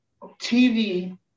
TV